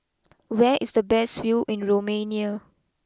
where is the best view in Romania